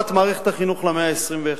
של התאמת מערכת החינוך למאה ה-21.